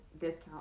discount